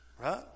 Right